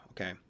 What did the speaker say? okay